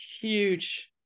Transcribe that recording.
huge